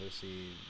see